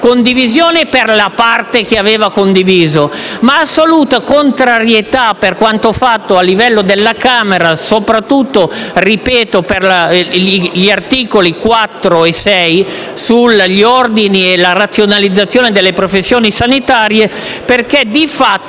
condivisione per la parte che aveva già condiviso, ma assoluta contrarietà per quanto fatto dalla Camera, soprattutto per gli articoli 4 e 6, sugli ordini e la razionalizzazione delle professioni sanitarie, perché, di fatto,